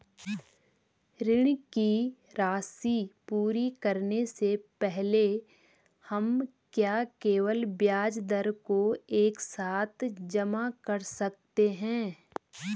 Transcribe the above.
ऋण की राशि पूरी करने से पहले हम क्या केवल ब्याज दर को एक साथ जमा कर सकते हैं?